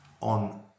on